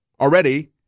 Already